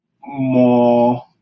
more